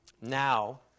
Now